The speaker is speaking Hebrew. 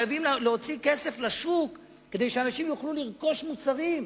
חייבים להוציא כסף לשוק כדי שאנשים יוכלו לרכוש מוצרים.